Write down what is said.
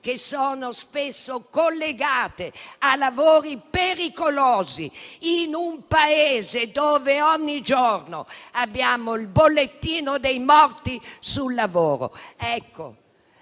usuranti, spesso collegate a lavori pericolosi, in un Paese in cui ogni giorno abbiamo un bollettino di morti sul lavoro. Anche